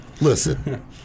Listen